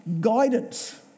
guidance